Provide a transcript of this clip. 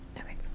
Okay